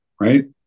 right